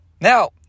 Now